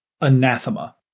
anathema